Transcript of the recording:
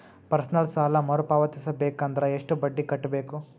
Personal ಸಾಲ ಮರು ಪಾವತಿಸಬೇಕಂದರ ಎಷ್ಟ ಬಡ್ಡಿ ಕಟ್ಟಬೇಕು?